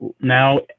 now